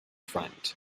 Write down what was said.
front